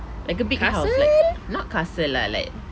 like a big house like not castle lah like